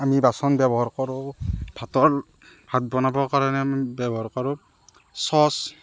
আমি বাচন ব্যৱহাৰ কৰোঁ ভাতৰ ভাত বনাবৰ কাৰণে আমি ব্যৱহাৰ কৰোঁ চচ